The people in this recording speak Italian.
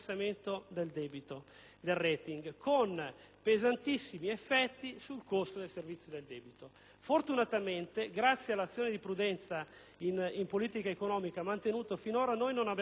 del *rating* con pesantissimi effetti sul costo del servizio del debito. Fortunatamente, grazie alla prudente azione in politica economica mantenuta finora, noi non abbiamo avuto questo effetto.